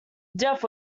death